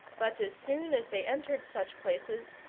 but as soon as they entered such places,